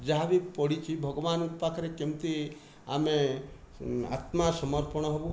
ଯାହା ବି ପଢ଼ିଛି ଭଗବାନଙ୍କ ପାଖରେ କେମିତି ଆମେ ଆତ୍ମା ସମର୍ପଣ ହେବୁ